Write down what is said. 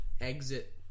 exit